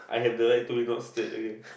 I have the right to be not state okay